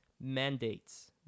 mandates